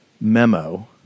memo